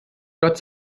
gott